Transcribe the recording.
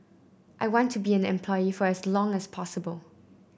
I want to be an employee for as long as possible